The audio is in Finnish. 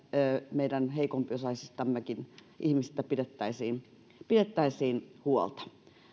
meidän heikompiosaisistakin ihmisistä pidettäisiin pidettäisiin huolta